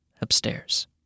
upstairs